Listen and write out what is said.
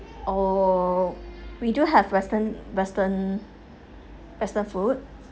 oh we do have western western western food